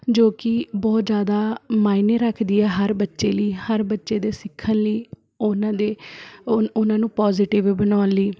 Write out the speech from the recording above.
ਜੋ ਕਿ ਬਹੁਤ ਜ਼ਿਆਦਾ ਮਾਇਨੇ ਰੱਖਦੀ ਹੈ ਹਰ ਬੱਚੇ ਲਈ ਹਰ ਬੱਚੇ ਦੇ ਸਿੱਖਣ ਲਈ ਉਹਨਾਂ ਦੇ ਉਹਨਾਂ ਉਹਨਾਂ ਨੂੰ ਪੋਜ਼ੀਟਿਵ ਬਣਾਉਣ ਲਈ